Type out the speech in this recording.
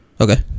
Okay